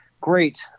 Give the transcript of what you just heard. great